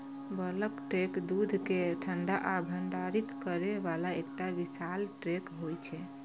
bulk tank दूध कें ठंडा आ भंडारित करै बला एकटा विशाल टैंक होइ छै